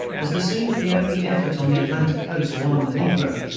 as the scene of the only effort on the atlantic coast to arm the negro,